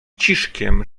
ciszkiem